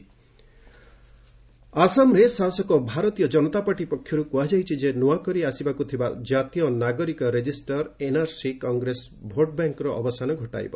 Assam BJP ଆସାମରେ ଶାସକ ଭାରତୀୟ ଜନତାପାର୍ଟି ପକ୍ଷର୍ତ କୃହାଯାଇଛି ଯେ ନ୍ତ୍ରଆକରି ଆସିବାକୁ ଥିବା ଜାତୀୟ ନାଗରିକ ରେଜିଷ୍ଟର ଏନ୍ଆର୍ସି କଂଗ୍ରେସ ଭୋଟ୍ ବ୍ୟାଙ୍କ୍ର ଅବସାନ ଘଟାଇବ